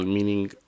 Meaning